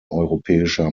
europäischer